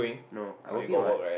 no I working what